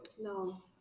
No